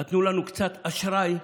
נתנו לנו קצת אשראי,